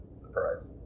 surprise